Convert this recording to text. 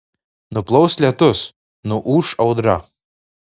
nuplaus lietus nuūš audra